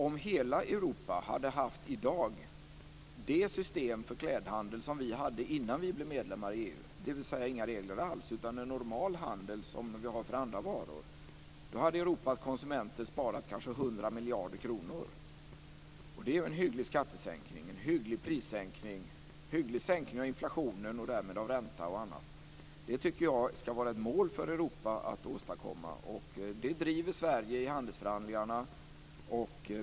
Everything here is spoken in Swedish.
Om hela Europa i dag hade haft det system för klädhandel som vi hade innan vi blev medlemmar i EU - dvs. inga regler alls utan en normal handel som vi har för andra varor - skulle Europas konsumenter kanske ha sparat 100 miljarder kronor. Det är ju en hygglig skattesänkning, en hygglig prissänkning och en hygglig sänkning av inflationen och därmed också av ränta och annat. Det tycker jag ska vara ett mål för Europa att åstadkomma, och detta driver Sverige i handelsförhandlingarna.